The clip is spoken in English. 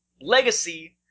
legacy